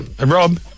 Rob